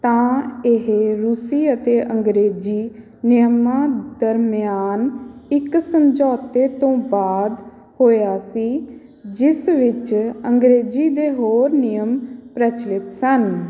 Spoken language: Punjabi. ਤਾਂ ਇਹ ਰੂਸੀ ਅਤੇ ਅੰਗਰੇਜ਼ੀ ਨਿਯਮਾਂ ਦਰਮਿਆਨ ਇੱਕ ਸਮਝੌਤੇ ਤੋਂ ਬਾਅਦ ਹੋਇਆ ਸੀ ਜਿਸ ਵਿੱਚ ਅੰਗਰੇਜ਼ੀ ਦੇ ਹੋਰ ਨਿਯਮ ਪ੍ਰਚਲਿਤ ਸਨ